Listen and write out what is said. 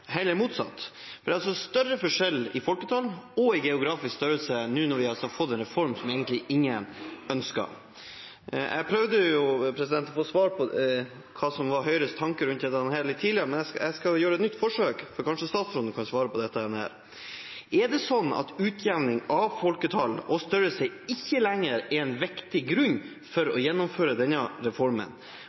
heller motsatt, for det er større forskjell i folketall og geografisk størrelse nå som vi har fått en reform som egentlig ingen ønsker. Jeg prøvde tidligere å få svar på hva som var Høyres tanker rundt dette, men jeg skal gjøre et nytt forsøk, for kanskje statsråden kan svare. Er det sånn at utjevning av folketall og størrelse ikke lenger er en vektig grunn for å gjennomføre denne reformen?